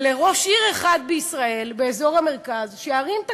לראש עיר אחד בישראל באזור המרכז שירים את